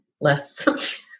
less